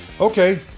Okay